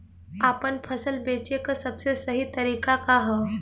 आपन फसल बेचे क सबसे सही तरीका का ह?